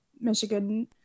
Michigan